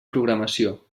programació